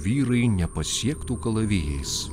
vyrai nepasiektų kalavijais